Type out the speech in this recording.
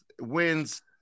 wins